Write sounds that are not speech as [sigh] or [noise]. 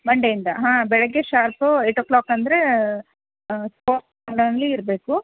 ಮಂಡೇಯಿಂದ ಹಾಂ ಬೆಳಿಗ್ಗೆ sharp eight o'clock ಅಂದ್ರೆ [unintelligible] ಅಲ್ಲಿ ಇರಬೇಕು